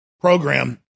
program